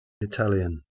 Italian